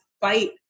fight